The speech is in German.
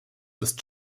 ist